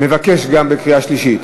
מבקש גם בקריאה שלישית.